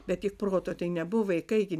bet tik proto tai nebuvo vaikai gi